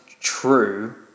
true